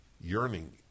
yearning